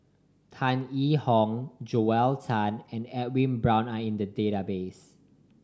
Tan Yee Hong Joel Tan and Edwin Brown are in the database